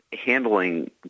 handling